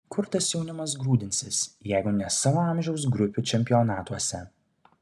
kur tas jaunimas grūdinsis jeigu ne savo amžiaus grupių čempionatuose